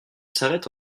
s’arrête